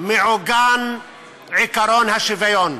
מעוגן עקרון השוויון.